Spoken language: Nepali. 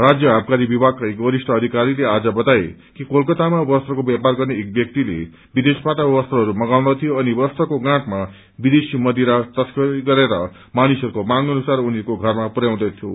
राज्य आबकारी विमागका एक वरिष्ठ अधिकारीले आज बताए कि कोलकातामा वस्त्रको व्यापार गन्ने एक व्याक्तिले विदेशबाट वस्त्रहरू मगाउँदथ्यो अनि वरूत्रको गाँठमा विदेशी मदिरा तस्करी गरेर मानिसहरूको मांग अनुसार उनीहरूको घरमा पुराउँदथ्यो